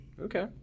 Okay